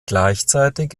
gleichzeitig